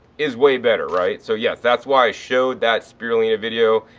is way better, right. so yes, that's why i showed that spirulina video.